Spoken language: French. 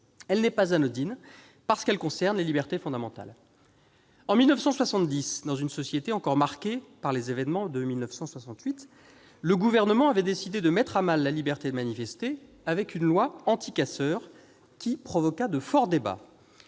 elle n'est pas non plus anodine, parce qu'elle concerne les libertés fondamentales. En 1970, dans une société encore marquée par les événements de 1968, le gouvernement avait décidé de mettre à mal la liberté de manifester, au moyen d'une loi anti-casseurs qui provoqua de vifs débats.